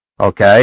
okay